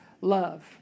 love